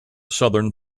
southern